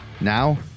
Now